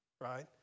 right